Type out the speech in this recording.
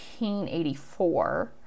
1884